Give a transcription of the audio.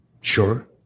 Sure